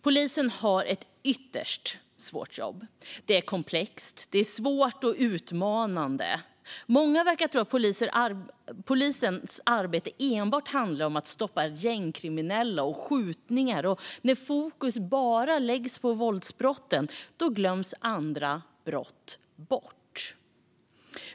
Polisen har ett ytterst svårt jobb. Det är komplext, svårt och utmanande. Många verkar tro att polisens arbete enbart handlar om att stoppa gängkriminella och skjutningar. När fokus läggs bara på våldsbrotten glöms andra brott bort.